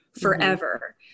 forever